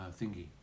thingy